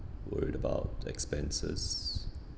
worried about expenses